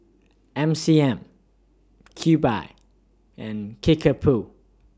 M C M Cube I and Kickapoo